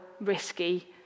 risky